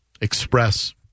express